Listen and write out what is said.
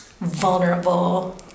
vulnerable